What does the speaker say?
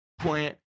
plant